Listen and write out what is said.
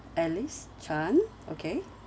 alice chan okay